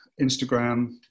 Instagram